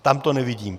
Tam to nevidím.